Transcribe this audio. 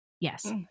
Yes